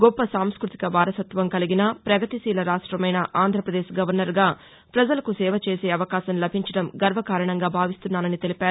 గొప్ప సాంస్కృతిక వారసత్వం కలిగిన ప్రగతిశీల రాష్టమైన ఆంధ్రప్రదేక్ గవర్నర్గా ప్రజలకు నేవ చేసే అవకాశం లభించడం గర్వకారణంగా భావిస్తున్నాని తెలిపారు